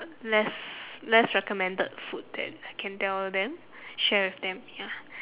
less less recommended food that I can tell them share with them ya